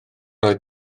oedd